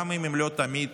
גם אם לא תמיד